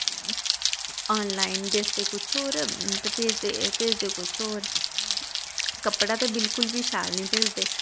online दसदे कुछ होर ते भेजदे भेजदे कुछ होर कपड़ा ते बिलकुल बी शैल निं भेजदे